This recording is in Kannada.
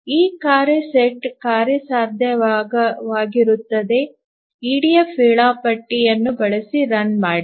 ಈ ಕಾರ್ಯ ಸೆಟ್ ಕಾರ್ಯಸಾಧ್ಯವಾಗಿರುತ್ತದೆ ಇಡಿಎಫ್ ವೇಳಾಪಟ್ಟಿ ಯನ್ನು ಬಳಸಿ ರನ್ ಮಾಡಿ